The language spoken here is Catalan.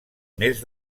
mes